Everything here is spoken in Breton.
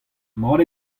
mat